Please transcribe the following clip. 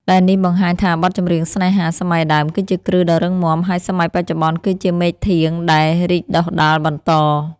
ដែលនេះបង្ហាញថា បទចម្រៀង ស្នេហា សម័យដើមគឺជាគ្រឹះដ៏រឹងមាំ ហើយសម័យបច្ចុប្បន្នគឺជាមែកធាងដែលរីកដុះដាលបន្ត។